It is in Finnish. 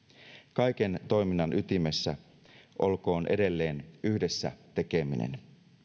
kaiken toiminnan ytimessä olkoon edelleen yhdessä tekeminen